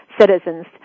citizens